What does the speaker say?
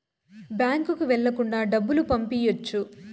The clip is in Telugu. బ్యాంకుకి వెళ్ళకుండా డబ్బులు పంపియ్యొచ్చు